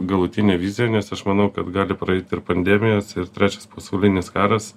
galutinė vizija nes aš manau kad gali praeit ir pandemijos ir trečias pasaulinis karas